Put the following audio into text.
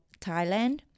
Thailand